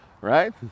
Right